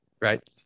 right